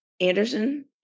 Anderson